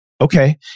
Okay